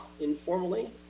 informally